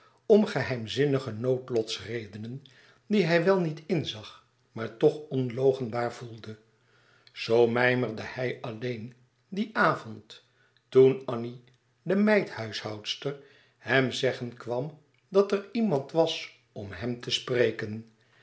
om geheimzinnige noodlotsredenen die hij wel niet inzag maar toch onloochenbaar voelde zoo mijmerde hij alleen dien avond toen annie de meid huishoudster hem zeggen kwam dat er iemand was om hem te spreken